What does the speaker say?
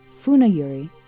Funayuri